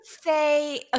say